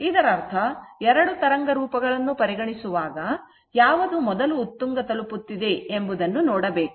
ಇದರರ್ಥ ಎರಡು ತರಂಗರೂಪಗಳನ್ನು ಪರಿಗಣಿಸಿದಾಗ ಯಾವುದು ಮೊದಲು ಉತ್ತುಂಗ ತಲುಪುತ್ತಿದೆ ಎಂಬುದನ್ನು ನೋಡಬೇಕು